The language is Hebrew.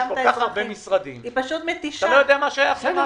יש כך כל הרבה משרדים, אתה לא יודע מה שייך למה.